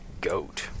Goat